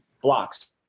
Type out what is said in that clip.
blocks